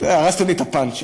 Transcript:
הרסתם לי את הפאנץ'.